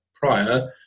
prior